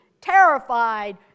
terrified